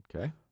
Okay